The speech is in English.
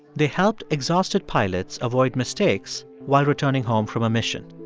they helped exhausted pilots avoid mistakes while returning home from a mission.